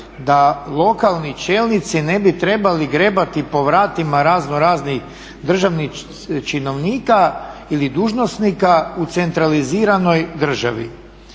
da lokalni čelnici ne bi trebali grebati po vratima razno raznih državnih činovnika ili dužnosnika u centraliziranoj državi.